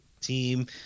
team